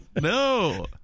no